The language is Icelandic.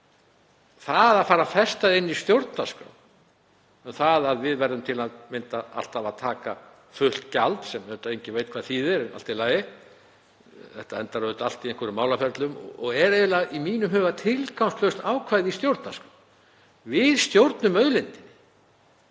Það að fara að festa það inn í stjórnarskrá að við verðum til að mynda alltaf að taka fullt gjald — sem enginn veit hvað þýðir, en allt í lagi, þetta endar auðvitað allt í einhverjum málaferlum — er í mínum huga tilgangslaust ákvæði í stjórnarskrá. Við stjórnum auðlindinni.